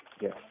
Yes